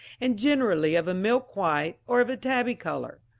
and generally of a milk white, or of a tabby colour.